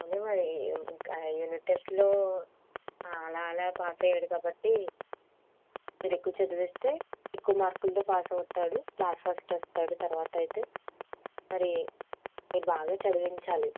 అదే మరి ఇంకా యూనిట్ టెస్ట్లు అలా అలా పాస్ అయ్యాడు కాబట్టి మీరు ఎక్కువ చదివిస్తే ఎక్కువ మార్కులుతో పాస్ అవుతాడు క్లాస్ ఫస్ట్ వస్తాడు తర్వాత అయితే మరి మీరు బాగా చదివించాలి